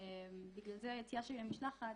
בגלל זה היציאה שלי למשלחת